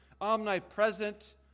omnipresent